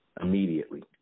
Immediately